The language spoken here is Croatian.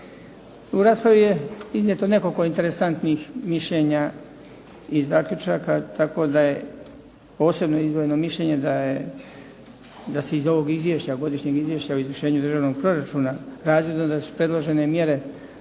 U raspravi je iznijeto nekoliko interesantnih mišljenja i zaključaka tako da je posebno izdvojeno mišljenje da se iz ovog Godišnjeg izvješća o izvršenju državnog proračuna razvidno da su predložene mjere